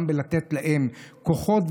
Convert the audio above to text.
גם לתת להם כוחות,